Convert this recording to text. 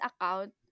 account